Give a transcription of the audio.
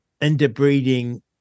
interbreeding